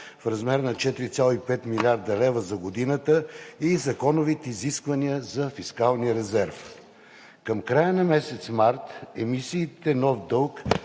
в размер на 4,5 млрд. лв. за годината и законовите изисквания за фискалния резерв. Към края на месец март емисиите „нов дълг“